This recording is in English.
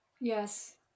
yes